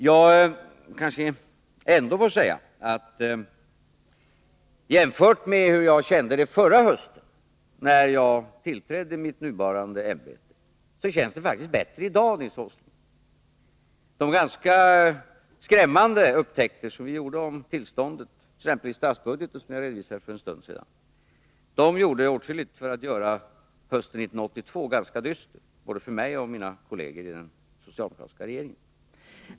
Jag kanske ändå får säga att jämfört med hur jag kände det förra hösten, då jag tillträdde mitt nuvarande ämbete, känns det faktiskt bättre i dag, Nils Åsling. De ganska skrämmande upptäckter som vi gjorde om tillståndet i exempelvis statsbudgeten, som jag redovisade för en stund sedan, gjorde åtskilligt för att göra hösten 1982 ganska dyster för både mig och mina kolleger i den socialdemokratiska regeringen.